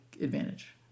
advantage